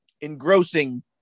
engrossing